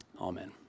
Amen